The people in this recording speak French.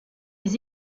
les